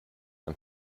and